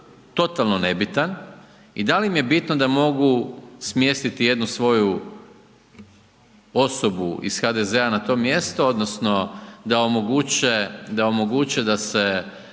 totalno nebitan i da li im je bitno da mogu smjestiti jednu svoju osobu iz HDZ-a na to mjesto, odnosno da omoguće da se